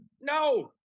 No